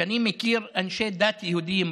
שאני מכיר אנשי דת יהודים,